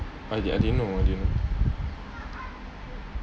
I I didn't know I didn't